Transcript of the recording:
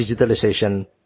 digitalization